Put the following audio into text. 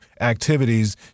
activities